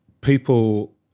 people